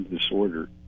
disorder